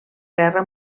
guerra